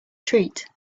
treat